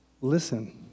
listen